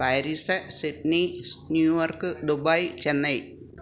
Paris Sydney New York Dubai Chennai